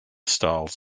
styles